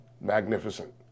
magnificent